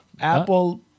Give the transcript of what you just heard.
Apple